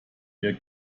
mehr